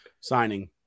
signing